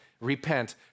repent